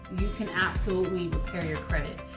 can absolutely repair your credit.